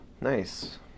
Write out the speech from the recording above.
Nice